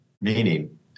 Meaning